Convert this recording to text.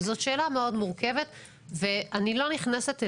זאת שאלה מאוד מורכבת ואני לא נכנסת אליה.